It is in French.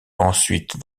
ensuite